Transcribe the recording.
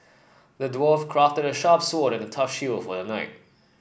the dwarf crafted a sharp sword and a tough shield for the knight